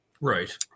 Right